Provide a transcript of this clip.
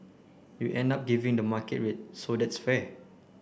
you end up giving the market rate so that's fair